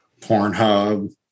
pornhub